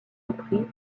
repris